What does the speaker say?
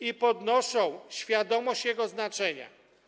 i podnoszą świadomość jego znaczenia.